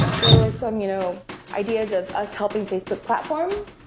there were some you know ideas of us helping facebook platform,